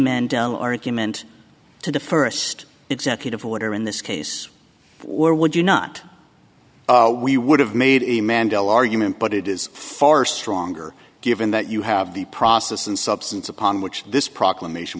mendell argument to the first executive order in this case or would you not we would have made a mandela argument but it is far stronger given that you have the process and substance upon which this proclamation